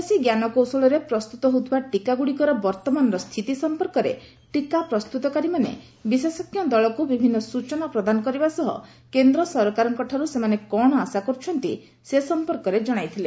ଦେଶୀୟ ଜ୍ଞାନକୌଶଳରେ ପ୍ରସ୍ତୁତ ହେଉଥିବା ବିଭିନ୍ନ ଟିକାଗୁଡ଼ିକର ବର୍ତ୍ତମାନର ସ୍ଥିତି ସଂପର୍କରେ ଟିକା ପ୍ରସ୍ତୁତକାରୀମାନେ ବିଶେଷଜ୍ଞ ଦଳକୁ ବିଭିନ୍ନ ସୂଚନା ପ୍ରଦାନ କରିବା ସହ କେନ୍ଦ୍ର ସରକାରଙ୍କଠାରୁ ସେମାନେ କ'ଣ ଆଶା କରୁଛନ୍ତି ସେ ସଂପର୍କରେ ଜଣାଇଥିଲେ